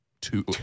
two